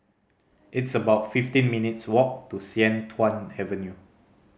it's about fifteen minutes' walk to Sian Tuan Avenue